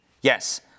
Yes